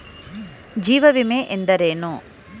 ಜೀವ ವಿಮೆ ಎಂದರೇನು?